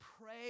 pray